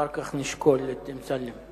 אחר כך נשקול לגבי אמסלם.